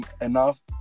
enough